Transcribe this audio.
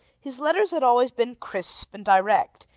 his letters had always been crisp and direct,